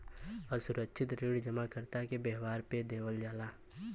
असुरक्षित ऋण जमाकर्ता के व्यवहार पे देवल जाला